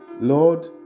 Lord